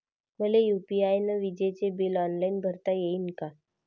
मले यू.पी.आय न विजेचे बिल ऑनलाईन भरता येईन का?